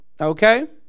Okay